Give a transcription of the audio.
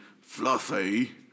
Fluffy